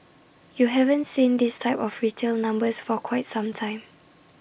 you haven't seen this type of retail numbers for quite some time